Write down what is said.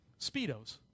Speedos